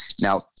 Now